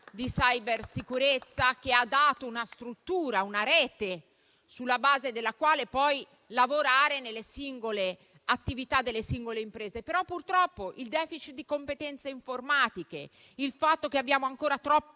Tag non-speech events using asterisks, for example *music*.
di cybersicurezza *applause* che ha dato una struttura, una rete, sulla base della quale poi lavorare con le singole attività delle singole imprese. Purtroppo, però, il *deficit* di competenze informatiche, il fatto che abbiamo ancora troppo